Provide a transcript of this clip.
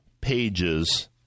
pages